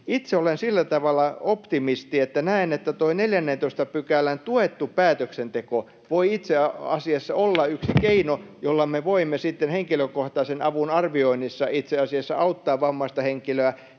Itse olen sillä tavalla optimisti, että näen, että tuo 14 §:n tuettu päätöksenteko voi itse asiassa olla yksi keino, jolla me voimme sitten henkilökohtaisen avun arvioinnissa auttaa vammaista henkilöä